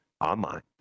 online